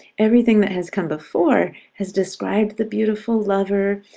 everything that has come before has described the beautiful lover.